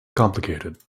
complicated